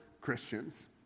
Christians